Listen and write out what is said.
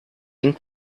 drink